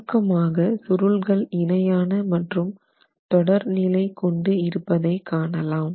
சுருக்கமாக சுருள்கள் இணையான மற்றும் தொடர் நிலை கொண்டு இருப்பதை காணலாம்